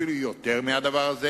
אפילו יותר מזה.